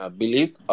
beliefs